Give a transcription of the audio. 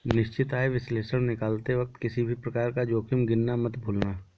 निश्चित आय विश्लेषण निकालते वक्त किसी भी प्रकार का जोखिम गिनना मत भूलना